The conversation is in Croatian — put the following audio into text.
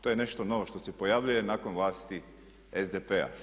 To je nešto novo što se pojavljuje nakon vlasti SDP-a.